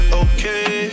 okay